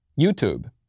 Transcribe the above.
YouTube